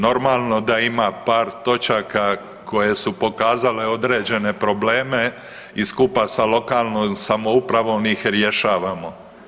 Normalno da ima par točaka koje su pokazale određene probleme i skupa sa lokalnom samoupravom ih rješavamo.